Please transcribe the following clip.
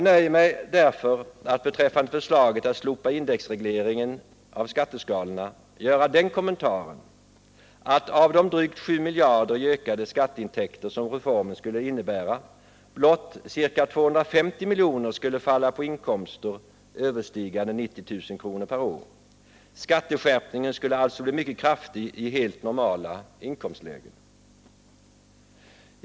När det gäller förslaget att slopa indexregleringen av skatteskalorna nöjer jag mig därför med att göra den kommentaren att av de drygt 7 miljarder kronor i ökade skatteintäkter som reformen skulle innebära blott 250 milj.kr. skulle falla på inkomster överstigande 90 000 kr. per år. Skatteskärpningen skulle alltså bli mycket kraftig i helt normala inkomstlägen.